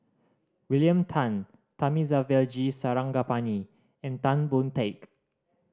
William Tan Thamizhavel G Sarangapani and Tan Boon Teik